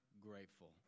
grateful